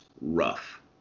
rough